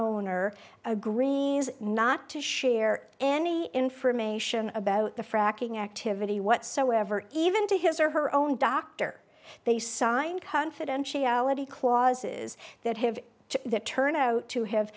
owner a green is not to share any information about the fracking activity whatsoever even to his or her own doctor they signed confidentiality clauses that have that turned out to have